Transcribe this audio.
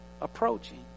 approaching